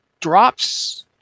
drops